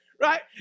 right